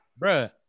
Bruh